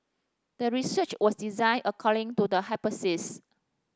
the research was designed according to the hypothesis